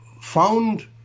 found